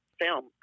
film